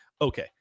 Okay